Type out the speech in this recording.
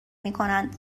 میکنند